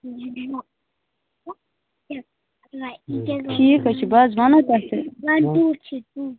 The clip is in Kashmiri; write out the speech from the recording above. ٹھیٖک حظ چھُ بہٕ حظ ونہو تۄہہِ تیٚلہِ